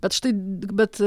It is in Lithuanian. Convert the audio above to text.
bet štai bet